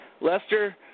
Lester